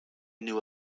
knew